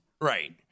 Right